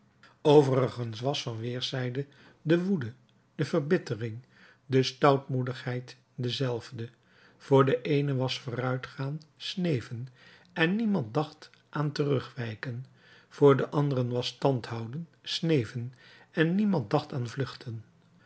overigens was van weerszijden de woede de verbittering de stoutmoedigheid dezelfde voor de eenen was vooruitgaan sneven en niemand dacht er aan terugwijken voor de anderen was standhouden sneven en niemand dacht aan vluchten